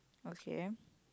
okay